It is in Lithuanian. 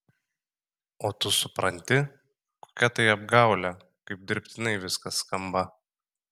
o tu supranti kokia tai apgaulė kaip dirbtinai viskas skamba